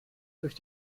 durch